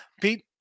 Pete